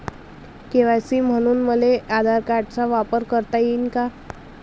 KYC म्हनून मले आधार कार्डाचा वापर करता येईन का?